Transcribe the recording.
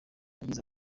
yagize